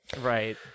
Right